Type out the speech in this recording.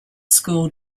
school